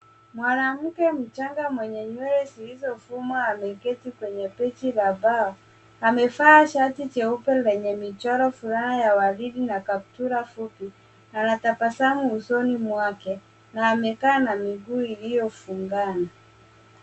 Mwanamke mchanga mwenye nywele zilizofumwa ameketi kwenye benchi la mbao. Amevaa shati jeupe lenye michoro furaha ya waridi na kaptura fupi. Ana tabasamu usoni mwake na amekaa na miguu iliyofungana.